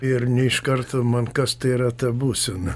ir ne iš karto man kas tai yra ta būsena